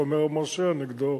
החומר המרשיע נגדו,